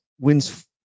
wins